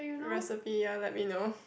recipe ya let me know